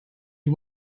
you